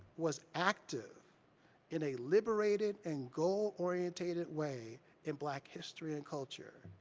was active in a liberated and goal orientated way in black history and culture.